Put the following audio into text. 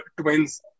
twins